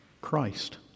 Christ